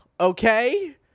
okay